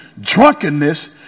drunkenness